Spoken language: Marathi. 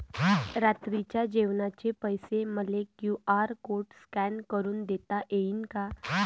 रात्रीच्या जेवणाचे पैसे मले क्यू.आर कोड स्कॅन करून देता येईन का?